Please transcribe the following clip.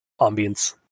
ambience